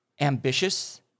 ambitious